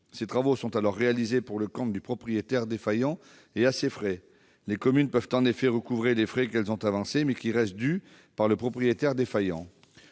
Ces travaux sont alors réalisés pour le compte du propriétaire défaillant et à ses frais. Les communes peuvent en effet recouvrer les frais qu'elles ont avancés mais qui restent dus par le propriétaire défaillant.